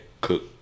cook